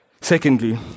Secondly